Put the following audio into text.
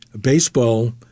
baseball